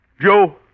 Joe